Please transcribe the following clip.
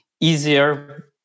easier